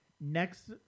Next